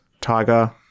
tiger